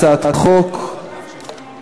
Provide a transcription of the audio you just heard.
אני הצבעתי בטעות בכיסא של איציק שמולי.